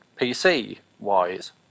PC-wise